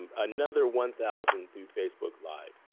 um another one thousand through facebook live.